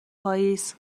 پاییز